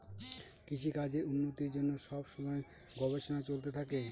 কৃষিকাজের উন্নতির জন্য সব সময় গবেষণা চলতে থাকে